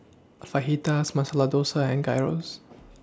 Fajitas Masala Dosa and Gyros